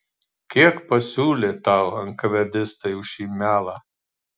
kiek pasiūlė tau enkavėdistai už šį melą